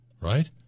right